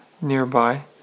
nearby